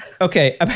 Okay